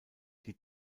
die